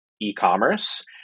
e-commerce